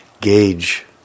gauge